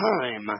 time